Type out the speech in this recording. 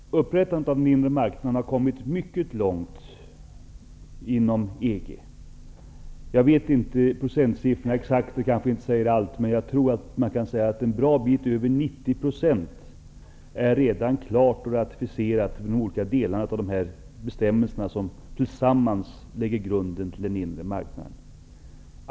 Fru talman! Upprättandet av den inre marknaden har kommit mycket långt inom EG. Jag vet inte exakt, men jag tror att en bra bit över 90 % redan är klart och ratificerat av de olika delarna i bestämmelserna som tillsammans lägger grunden för den inre marknaden.